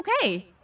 okay